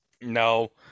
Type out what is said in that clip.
No